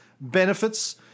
benefits